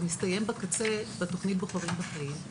ומסתיים בקצה בתוכנית בוחרים בחיים.